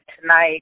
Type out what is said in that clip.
tonight